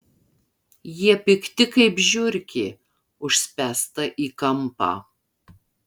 jie pikti kaip žiurkė užspęsta į kampą